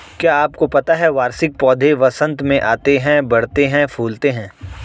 क्या आपको पता है वार्षिक पौधे वसंत में आते हैं, बढ़ते हैं, फूलते हैं?